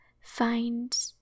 find